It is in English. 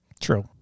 True